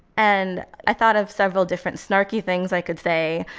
and i thought of several different snarky things i could say.